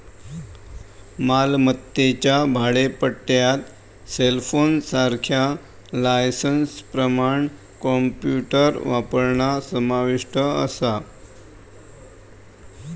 मालमत्तेच्या भाडेपट्ट्यात सेलफोनसारख्या लायसेंसप्रमाण कॉम्प्युटर वापरणा समाविष्ट असा